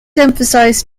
emphasise